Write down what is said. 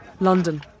London